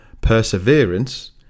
perseverance